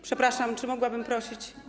Przepraszam, czy mogłabym prosić?